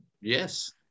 Yes